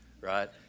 right